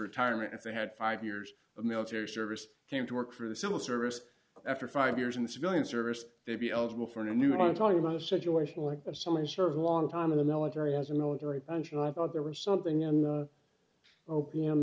retirement if they had five years of military service came to work through the civil service after five years in the civilian service they'd be eligible for a new i'm talking about a situation like that someone served a long time in the military as a military pension i thought there was something in the opium